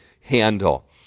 handle